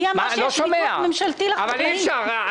מישהו צריך